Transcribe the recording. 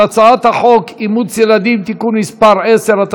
הצעת חוק אימוץ ילדים (תיקון מס' 10),